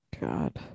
God